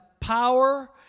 power